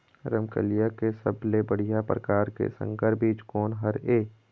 रमकलिया के सबले बढ़िया परकार के संकर बीज कोन हर ये?